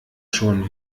schon